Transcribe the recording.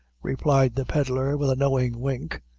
replied the pedlar with a knowing wink.